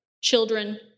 children